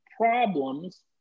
problems